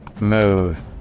move